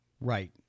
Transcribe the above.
Right